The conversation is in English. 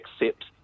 accept